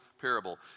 parable